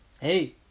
Hey